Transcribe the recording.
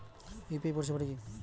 UPI পরিসেবাটা কি?